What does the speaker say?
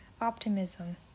optimism